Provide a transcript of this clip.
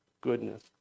goodness